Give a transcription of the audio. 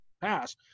pass